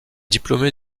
diplômé